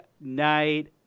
night